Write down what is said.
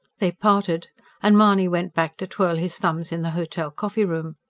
they parted and mahony went back to twirl his thumbs in the hotel coffee-room.